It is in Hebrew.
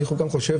מכובדיי,